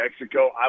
Mexico